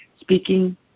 speaking